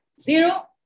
zero